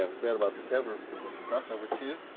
ah fret about the cover for the crossover to